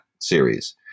series